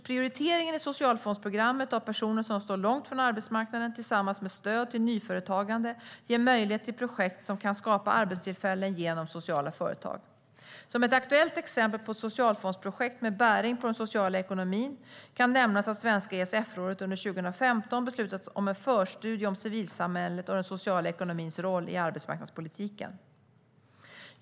Prioriteringen i socialfondsprogrammet av personer som står långt ifrån arbetsmarknaden ger tillsammans med stöd till nyföretagande möjlighet till projekt som kan skapa arbetstillfällen genom sociala företag. Som ett aktuellt exempel på ett socialfondsprojekt med bäring på den sociala ekonomin kan nämnas att Svenska ESF-rådet under 2015 har beslutat om en förstudie om civilsamhället och den sociala ekonomins roll i arbetsmarknadspolitiken.